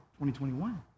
2021